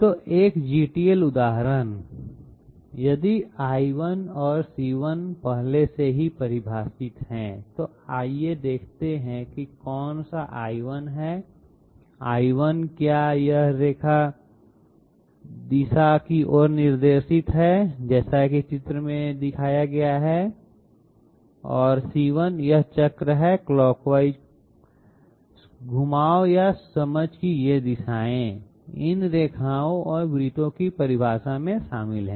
तो एक GTL उदाहरण यदि l1 और c1 पहले से ही परिभाषित हैं तो आइए देखते हैं कि कौन सा l1 है l1 क्या यह रेखा दिशा की ओर निर्देशित है जैसा कि चित्र में दिखाया गया है और c1 यह चक्र है क्लाकवाइज की सूझबूझ घुमाव या समझ की ये दिशाएँ इन रेखाओं और वृत्तों की परिभाषा में शामिल हैं